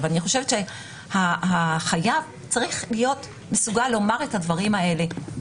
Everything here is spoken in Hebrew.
אני חושבת שהחייב צריך להיות מסוגל לומר את הדברים האלה